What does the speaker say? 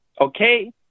Okay